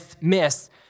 miss